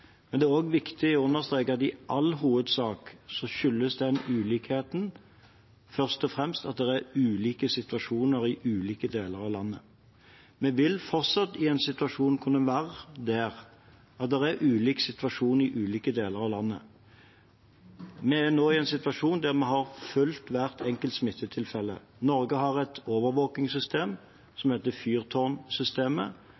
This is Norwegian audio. men det er viktig å understreke at i all hovedsak skyldes denne ulikheten først og fremst at det er ulike situasjoner i ulike deler av landet, og vi vil fortsatt kunne være der at det er ulike situasjoner i ulike deler av landet. Vi er nå i en situasjon der vi har fulgt hvert enkelt smittetilfelle. Norge har et overvåkingssystem